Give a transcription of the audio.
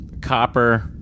copper